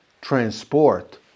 transport